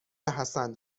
حسن